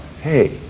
hey